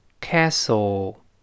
Castle